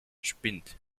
spinnt